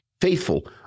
faithful